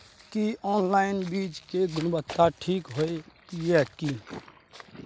की online बीज के गुणवत्ता ठीक होय ये की?